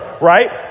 right